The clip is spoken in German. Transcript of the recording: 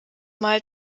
mal